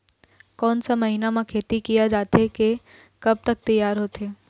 कोन सा महीना मा खेती किया जाथे ये कब तक तियार होथे?